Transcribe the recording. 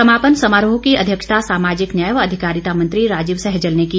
समापन समारोह की अध्यक्षता सामाजिक न्याय व अधिकारिता मंत्री राजीव सहजल ने की